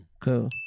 Cool